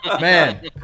man